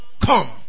come